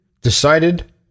decided